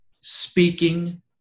speaking